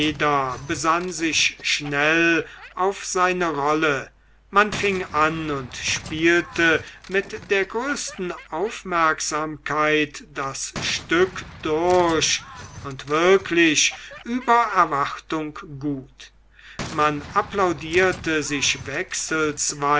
jeder besann sich schnell auf seine rolle man fing an und spielte mit der größten aufmerksamkeit das stück durch und wirklich über erwartung gut man applaudierte sich